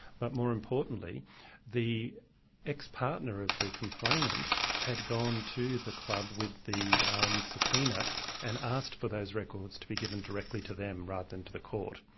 but more importantly the ex-partner of the complainant had gone to the club with the subpoena and asked for those records to be given directly to them rather than to the court,